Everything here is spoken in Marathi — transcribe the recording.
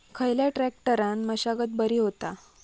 खयल्या ट्रॅक्टरान मशागत बरी होता?